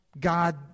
God